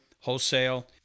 wholesale